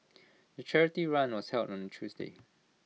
the charity run was held on Tuesday